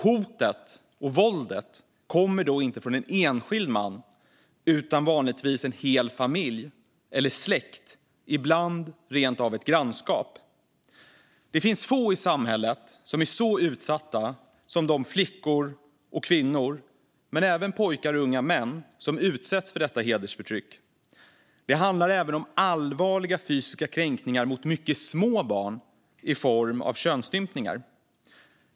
Hotet och våldet kommer då inte från en enskild man utan från vanligtvis en hel familj eller släkt, ibland rent av ett grannskap. Det finns få i samhället som är så utsatta som de flickor och kvinnor, men även pojkar och unga män, som utsätts för detta hedersförtryck. Det handlar även om allvarliga fysiska kränkningar mot mycket små barn i form av könsstympningar.